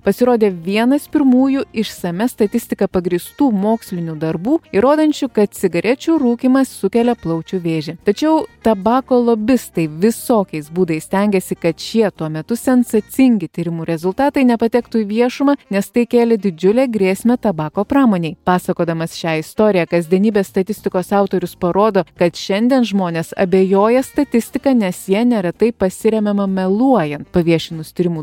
pasirodė vienas pirmųjų išsamia statistika pagrįstų mokslinių darbų įrodančių kad cigarečių rūkymas sukelia plaučių vėžį tačiau tabako lobistai visokiais būdais stengiasi kad šie tuo metu sensacingi tyrimų rezultatai nepatektų į viešumą nes tai kėlė didžiulę grėsmę tabako pramonei pasakodamas šią istoriją kasdienybės statistikos autorius parodo kad šiandien žmonės abejoja statistika nes ja neretai pasiremiama meluojant paviešinus tyrimų